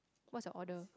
what's your order